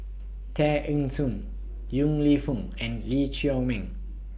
Tear Ee Soon Yong Lew Foong and Lee Chiaw Meng